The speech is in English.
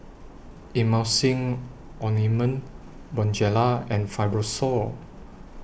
Emulsying Ointment Bonjela and Fibrosol